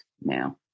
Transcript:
now